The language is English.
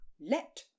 Let